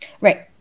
Right